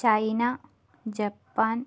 China Japan